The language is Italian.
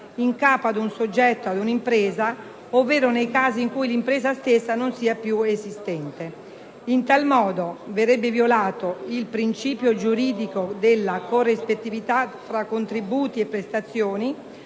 in capo ad un soggetto e ad un'impresa ovvero nei casi in cui l'impresa stessa non sia più esistente. In tal modo, verrebbe violato il principio giuridico della corrispettività tra contributi e prestazioni,